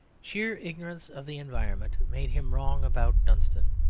sheer ignorance of the environment made him wrong about dunstan.